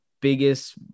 biggest